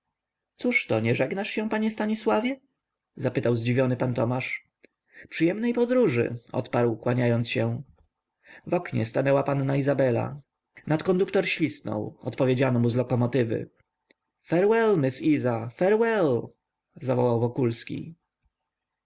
drzwi cóżto nie żegnasz się panie stanisławie zapytał zdziwiony pan tomasz przyjemnej podróży odparł kłaniając się w oknie stanęła panna izabela nadkonduktor świsnął odpowiedziano mu z lokomotywy farewell miss iza farewell zawołał wokulski